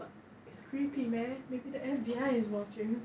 but it is creepy man maybe the F_B_I is watching